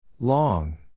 Long